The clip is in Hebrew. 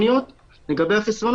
אם הוא לא רוצה,